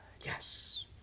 Yes